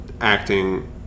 acting